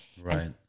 Right